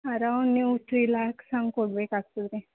around ನೀವು three lakhs ಹಾಂಗೆ ಕೊಡ್ಬೇಕಾಗ್ತದೆ ರೀ